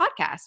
podcast